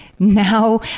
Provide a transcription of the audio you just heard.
Now